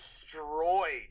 destroyed